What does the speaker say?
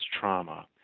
trauma